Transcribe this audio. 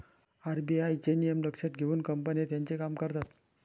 RBI चे नियम लक्षात घेऊन कंपन्या त्यांचे काम करतात